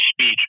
speech